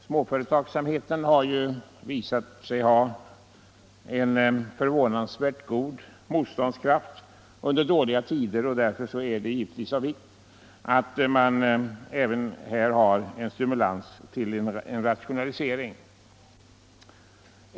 Småföretagsamheten har visat sig ha en förvånansvärt god motståndskraft under dåliga tider. Därför är det av vikt att man även här får en stimulans till rationalisering.